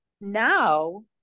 Now